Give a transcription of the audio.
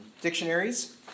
dictionaries